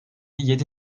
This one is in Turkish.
yedi